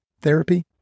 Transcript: therapy